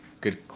good